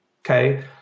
okay